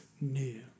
new